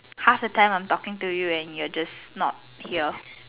half of the time I'm talking to you and you are just not here